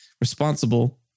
responsible